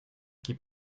qui